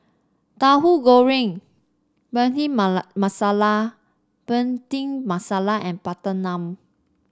Tahu Goreng masala Bhindi Masala and butter naan